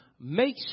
make